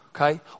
Okay